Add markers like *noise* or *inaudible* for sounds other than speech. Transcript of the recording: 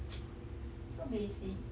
*noise* so basic